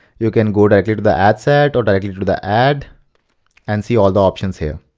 you can go directly to the ad set, or directly to the ad and see all the options here.